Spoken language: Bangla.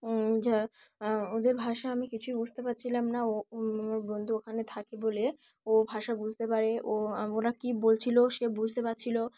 যা ওদের ভাষা আমি কিছুই বুঝতে পারছিলাম না ও ও বন্ধু ওখানে থাকে বলে ও ভাষা বুঝতে পারে ও ওরা কী বলছিলো সে বুঝতে পারছিলো